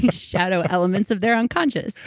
shadow elements of their unconscious.